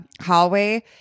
hallway